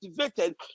activated